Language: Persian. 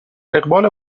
اقبال